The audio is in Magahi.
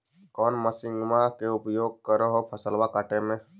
कौन मसिंनमा के उपयोग कर हो फसलबा काटबे में?